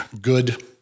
good